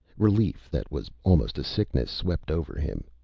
relief that was almost a sickness swept over him.